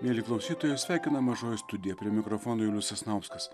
mieli klausytojai jus sveikina mažoji studija prie mikrofono julius sasnauskas